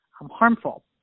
harmful